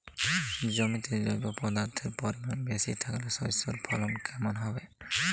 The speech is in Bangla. জমিতে জৈব পদার্থের পরিমাণ বেশি থাকলে শস্যর ফলন কেমন হবে?